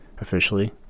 officially